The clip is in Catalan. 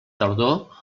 tardor